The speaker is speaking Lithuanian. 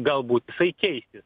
galbūt jisai keisis